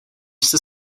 jste